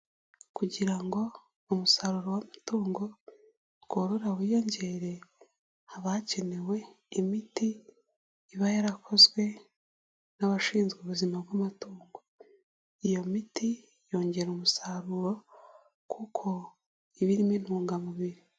Kugira ngo umusaruro w'amatungo tworora wiyongere haba hakenewe imiti iba yarakozwe n'abashinzwe ubuzima bw'amatungo, iyo miti yongera umusaruro kuko iba irimo intungamubiri.